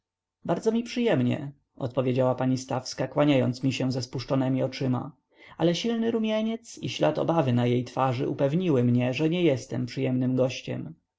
bardzo mi przyjemnie odpowiedziała pani stawska kłaniając mi się ze spuszczonemi oczyma ale silny rumieniec i ślad obawy na jej twarzy upewniły mnie że nie jestem przyjemnym gościem